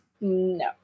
No